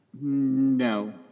No